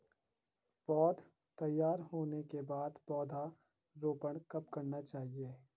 पौध तैयार होने के बाद पौधा रोपण कब करना चाहिए?